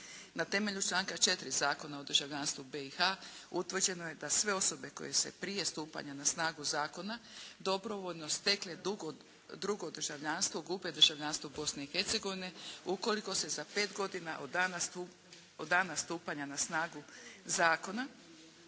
Na temelju članka 4. Zakona o državljanstvu BiH utvrđeno je da sve osobe koje su prije stupanja na snagu zakona dobrovoljno stekle drugo državljanstvo gube državljanstvo Bosne i Hercegovine ukoliko se za pet godina od dana stupanja na snagu zakona